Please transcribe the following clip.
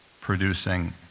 producing